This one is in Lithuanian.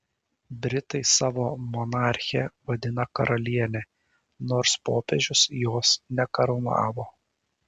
britai savo monarchę vadina karaliene nors popiežius jos nekarūnavo